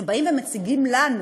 כשהם באים ומציגים לנו,